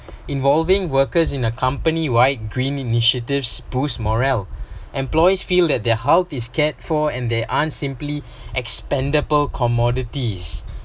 involving workers in a company wide green initiatives boost morale employees feel that their health is cared for and they aren't simply expendable commodities